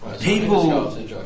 people